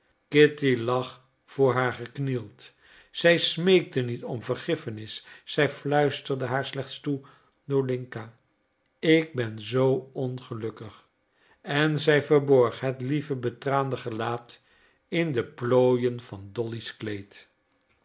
kitty lag voor haar geknield zij smeekte niet om vergiffenis zij fluisterde haar slechts toe dolinka ik ben zoo ongelukkig en zij verborg het lieve betraande gelaat in de plooien van dolly's kleed